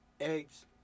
eggs